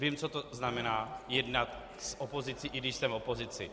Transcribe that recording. Vím, co to znamená jednat s opozicí, i když jsem v opozici.